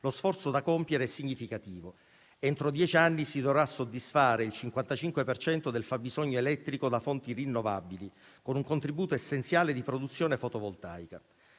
lo sforzo da compiere è significativo. Entro dieci anni si dovrà soddisfare il 55 per cento del fabbisogno elettrico da fonti rinnovabili, con un contributo essenziale di produzione fotovoltaica.